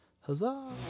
Huzzah